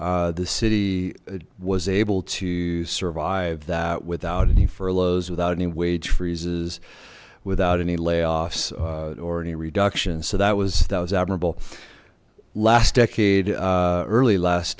the city was able to survive without any furloughs without any wage freezes without any layoffs or any reductions so that was that was admirable last decade early last